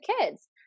kids